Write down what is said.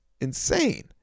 insane